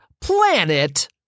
Planet